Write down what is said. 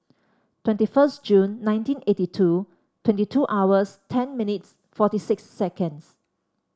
twenty first Jun nineteen eighty two twenty two hours ten minutes forty six seconds